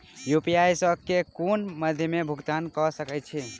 UPI सऽ केँ कुन मध्यमे मे भुगतान कऽ सकय छी?